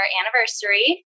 anniversary